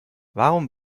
warum